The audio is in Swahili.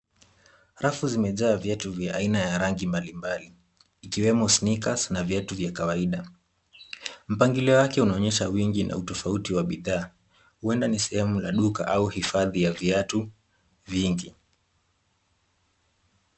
Rafu zimejaa viatu vya aina ya rangi mbalimbali. Ikiwemo sneakers na viatu vya kawaida. Mpangilio wake unaonyesha wingi na utofauti wa bidhaa. Huenda ni sehemu la duka au hifadhi ya viatu vingi.